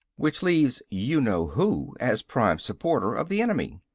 which leaves you know who as prime supporter of the enemy.